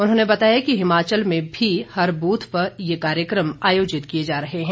उन्होंने बताया कि हिमाचल में भी हर बूथ पर ये कार्यक्रम आयोजित किए जा रहे हैं